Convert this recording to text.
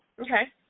Okay